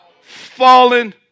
fallen